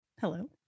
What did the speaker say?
Hello